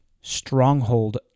stronghold